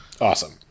awesome